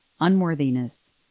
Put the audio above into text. unworthiness